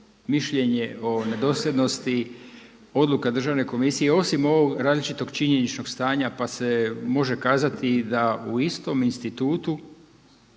mišljenje o nedosljednosti, odluka državne komisije osim ovog različitog činjeničnog stanja pa se može kazati da u istom institutu